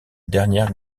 dernière